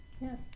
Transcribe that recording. Yes